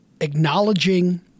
acknowledging